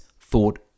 thought